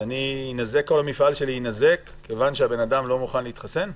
וכל המפעל שלי יינזק כיוון שהבן אדם לא מוכן להתחסן?